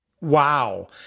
Wow